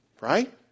Right